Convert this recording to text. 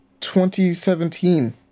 2017